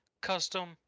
custom